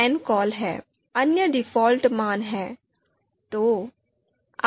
' अन्य डिफ़ॉल्ट मान हैं